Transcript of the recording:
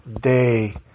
day